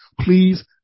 please